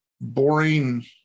boring